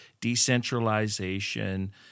decentralization